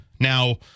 Now